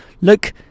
look